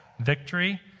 victory